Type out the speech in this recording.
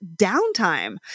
downtime